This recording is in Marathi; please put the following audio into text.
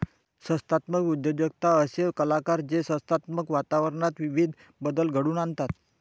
संस्थात्मक उद्योजकता असे कलाकार जे संस्थात्मक वातावरणात विविध बदल घडवून आणतात